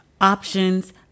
options